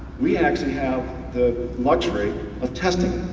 we actually have the luxury of testing.